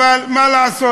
אבל מה לעשות,